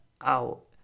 out